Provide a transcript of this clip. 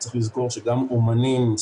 צריך לזכור שגם אומנים,